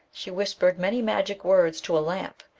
she whispered many magic words to a lamp,